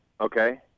okay